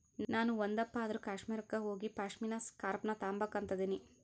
ನಾಣು ಒಂದಪ್ಪ ಆದ್ರೂ ಕಾಶ್ಮೀರುಕ್ಕ ಹೋಗಿಪಾಶ್ಮಿನಾ ಸ್ಕಾರ್ಪ್ನ ತಾಂಬಕು ಅಂತದನಿ